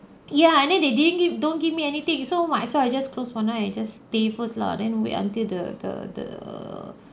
ya and then they didn't give don't give me anything so might as well I just close one eye I just stay first lah then wait until the the the